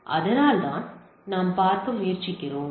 அதனால்தான் நாம் பார்க்க முயற்சிக்கிறோம்